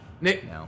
Nick